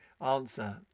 answer